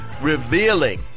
revealing